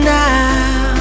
now